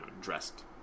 dressed